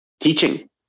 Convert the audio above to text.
teaching